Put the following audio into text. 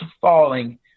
falling